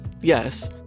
yes